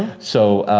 so,